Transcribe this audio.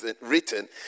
written